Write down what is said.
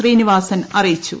ശ്രീനിവാസൻ അറിയിച്ചു